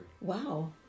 Wow